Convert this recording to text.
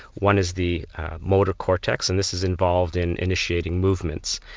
one is the motor cortex, and this is involved in initiating movements,